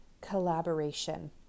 collaboration